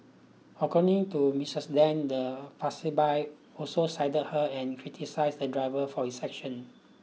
according to Mistress Deng the passerby also sided her and criticised the driver for his action